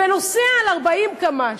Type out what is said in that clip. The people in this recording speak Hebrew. ונוסע על 40 קמ"ש.